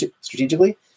strategically